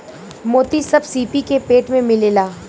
मोती सब सीपी के पेट में मिलेला